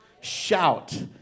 Shout